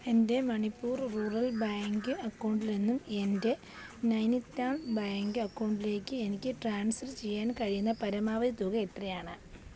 എൻ്റെ Manipur rural bank അക്കൗണ്ടിൽ നിന്നും എൻ്റെ നൈനിത്താൾ ബാങ്ക് അക്കൗണ്ടിലേക്ക് എനിക്ക് ട്രാൻസ്ഫർ ചെയ്യാൻ കഴിയുന്ന പരമാവധി തുക എത്രയാണ്